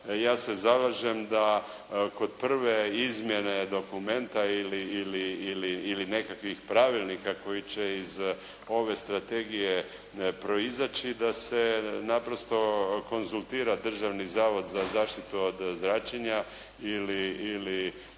ja se zalažem da kod prve izmjene dokumenta ili nekakvih pravilnika koji će iz ove strategije proizaći da se naprosto konzultira Državni zavod za zaštitu od zračenja ili